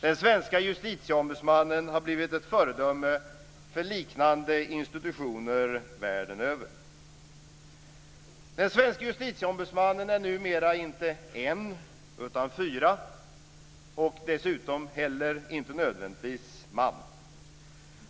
Den svenske justitieombudsmannen har blivit ett föredöme för liknande institutioner världen över. Den svenske justitieombudsmannen är numera inte en utan fyra, och dessutom inte heller nödvändigtvis man.